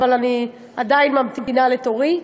אבל אני עדיין ממתינה לתורי.